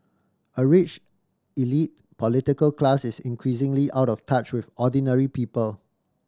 a rich elite political class is increasingly out of touch with ordinary people